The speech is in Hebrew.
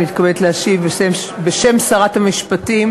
אני מתכבדת להשיב בשם שרת המשפטים